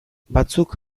batzuk